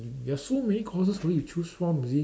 there are so many courses for you to choose from you see